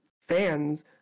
fans